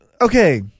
okay